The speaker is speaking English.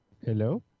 Hello